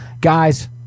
guys